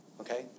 Okay